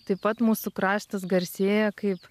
taip pat mūsų kraštas garsėja kaip